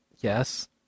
Yes